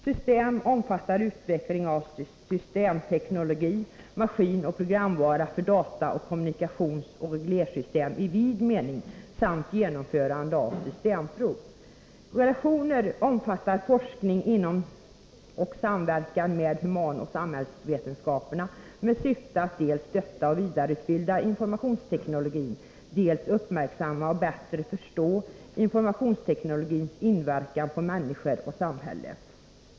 System omfattar utveckling av systemteknologi, maskinoch programvara för data-, kommunikationsoch reglersystem i vid mening samt genomförande av systemprov. Relationer omfattar forskning inom och samverkan med humanoch samhällsvetenskaperna med syfte att dels stötta och vidareutveckla informationsteknologin, dels uppmärksamma och bättre förstå informationsteknologins inverkan på människor och samhälle.